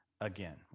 again